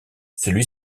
celui